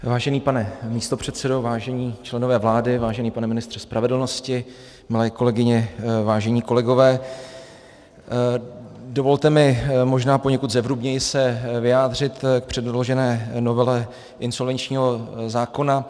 Vážený pane místopředsedo, vážení členové vlády, vážený pane ministře spravedlnosti, milé kolegyně, vážení kolegové, dovolte mi možná poněkud zevrubněji se vyjádřit k předložené novele insolvenčního zákona.